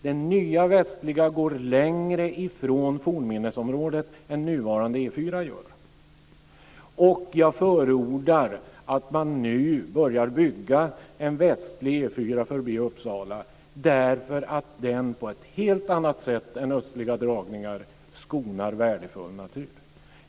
Den nya västliga dragningen går längre från fornminnesområdet än nuvarande E 4 gör. Jag förordar att man nu börjar bygga en västlig E 4 förbi Uppsala därför att den på ett helt annat sätt än östliga dragningar skonar värdefull natur.